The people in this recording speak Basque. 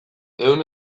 ehun